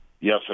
Yes